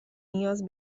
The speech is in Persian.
نیاز